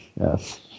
Yes